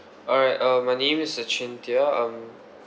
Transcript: alright uh my name is cynthia um